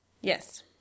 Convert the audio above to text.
Yes